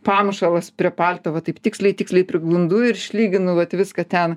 pamušalas prie palto va taip tiksliai tiksliai priglundu ir išlyginu vat viską ten